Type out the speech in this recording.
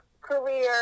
career